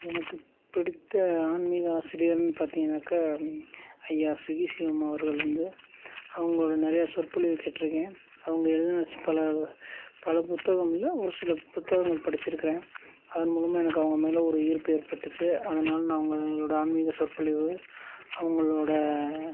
எனக்குப் பிடித்த ஆன்மீக ஆசிரியர்ன்னு பார்த்தீங்கன்னாக்கா ஐயா சுகி சிவம் அவர்கள் வந்து அவங்களோட நிறையா சொற்பொழிவு கேட்டிருக்கேன் அவங்க எழுதின ஸ் பல பல புத்தகமில் ஒரு சில புத்தகங்கள் படித்திருக்கறேன் அதன் மூலமாக எனக்கு அவங்க மேல் ஒரு ஈர்ப்பு ஏற்பட்டுச்சு அதனால் நான் அவங்களோட ஆன்மீக சொற்பொழிவு அவங்களோட